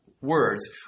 words